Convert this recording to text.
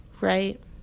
right